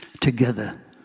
Together